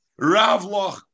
Ravloch